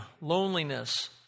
loneliness